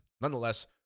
nonetheless